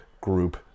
group